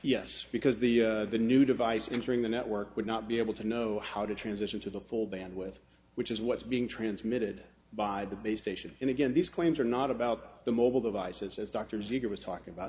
yes because the new device entering the network would not be able to know how to transition to the full band with which is what's being transmitted by the base station and again these claims are not about the mobile devices as doctors eager was talking about